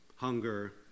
hunger